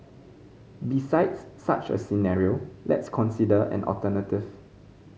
besides such a scenario let's consider an alternative